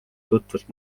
tutvus